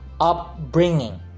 upbringing